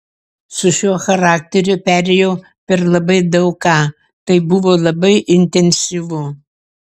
su šiuo charakteriu perėjau per labai daug ką tai buvo labai intensyvu